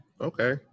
Okay